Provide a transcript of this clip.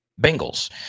Bengals